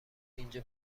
اینجا